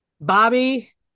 Bobby